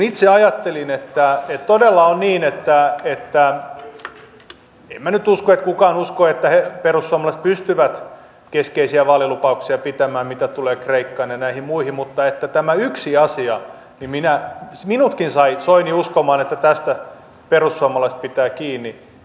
itse ajattelin että todella on niin että en minä nyt usko eikä kukaan usko että perussuomalaiset pystyvät keskeisiä vaalilupauksia pitämään mitä tulee kreikkaan ja näihin muihin mutta tämän yhden asian osalta minutkin sai soini uskomaan että tästä perussuomalaiset pitävät kiinni